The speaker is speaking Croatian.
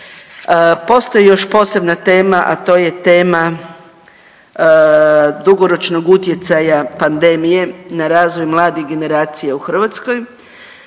Postoji još posebna tema, a to je tema dugoročnog utjecaja pandemije na razvoj mlade generacije u Hrvatskoj,